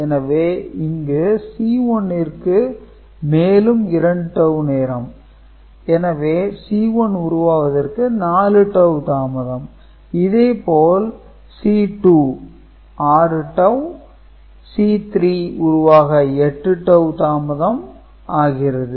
எனவே இதில் C1 ற்கு மேலும் 2 டவூ நேரம் எனவே C1 உருவாவதற்கு 4 டவூ தாமதம் இதே போல் C2 6 டவூ C3 உருவாக 8 டவூ தாமதம் ஆகிறது